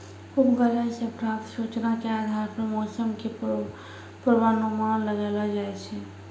उपग्रह सॅ प्राप्त सूचना के आधार पर मौसम के पूर्वानुमान लगैलो जाय छै